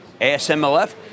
ASMLF